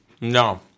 No